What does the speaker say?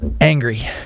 Angry